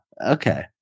Okay